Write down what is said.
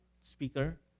speaker